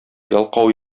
ялкау